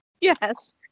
Yes